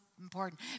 important